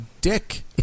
dick